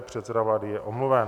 Předseda vlády je omluven.